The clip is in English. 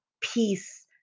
peace